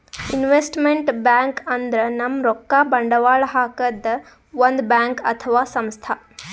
investment bank ಅಂದ್ರ ನಮ್ ರೊಕ್ಕಾ ಬಂಡವಾಳ್ ಹಾಕದ್ ಒಂದ್ ಬ್ಯಾಂಕ್ ಅಥವಾ ಸಂಸ್ಥಾ